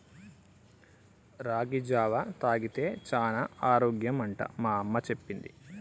రాగి జావా తాగితే చానా ఆరోగ్యం అంట మా అమ్మ చెప్పింది